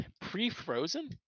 Pre-frozen